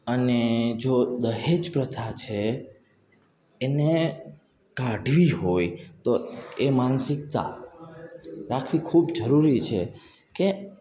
અને જો દહેજપ્રથા છે એને કાઢવી હોય તો એ માનસિકતા રાખવી ખૂબ જરૂરી છે કે